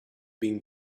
been